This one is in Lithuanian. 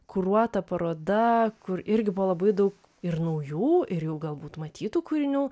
kuruota paroda kur irgi buvo labai daug ir naujų ir jau galbūt matytų kūrinių